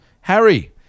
Harry